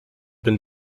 been